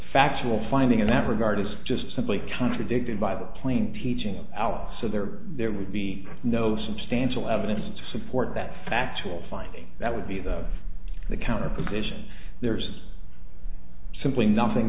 factual finding in that regard is just simply contradicted by the plain teaching of our so there there would be no substantial evidence to support that factual finding that would be the of the counter position there's simply nothing